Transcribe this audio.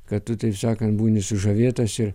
kad tu taip sakant būni sužavėtas ir